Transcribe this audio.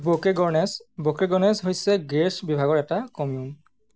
ব'কেগৰ্নেছ Boucagnères হৈছে Gers বিভাগৰ এটা কমিউন